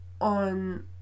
on